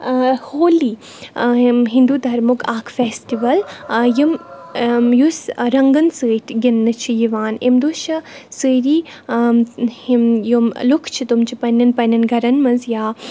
ہولی ہِنٛدوٗ دھرمُک اَکھ فیسٹِوَل یِم یُس رَنٛگَن سۭتۍ گِنٛدنہٕ چھِ یِوان اَمہِ دۄہ چھِ سٲری یِم یِم لوٗکھ چھِ تِم چھِ پنٕنٮ۪ن پنٕنٮ۪ن گَرَن منٛز یا